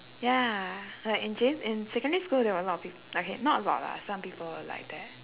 ya like in J in secondary school there were a lot of peop~ okay not a lot lah some people like that